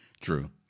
true